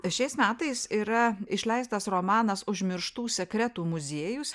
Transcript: šiais metais yra išleistas romanas užmirštų sekretų muziejus